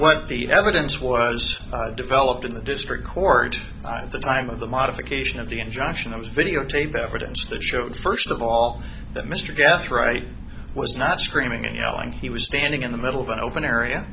what the evidence was developed in the district court it's a time of the modification of the injunction that was videotaped evidence that shows first of all that mr gast right was not screaming and yelling he was standing in the middle of an open area